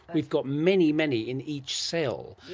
we've got many, many in each cell.